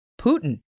Putin